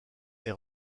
est